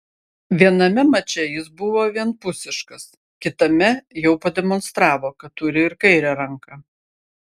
viename mače jis buvo vienpusiškas kitame jau pademonstravo kad turi ir kairę ranką